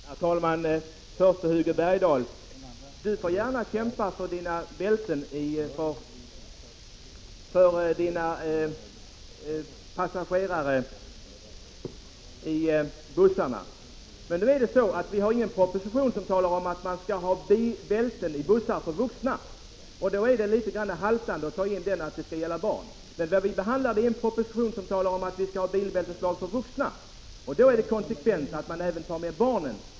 Herr talman! Hugo Bergdahl får gärna kämpa för bälten för passagerare i bussarna. Men vi har ingen proposition som talar om att man i bussar skall ha krav på bälten för vuxna. Då är det litet haltande att skriva in att det skall gälla barn. Vad vi behandlar är alltså en proposition om bilbälteslag för vuxna. Då, alltså när det gäller bilarna, är det konsekvent att man även tar med barnen.